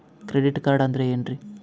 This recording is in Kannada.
ಕ್ರೆಡಿಟ್ ಕಾರ್ಡ್ ಅಂದ್ರ ಏನ್ರೀ?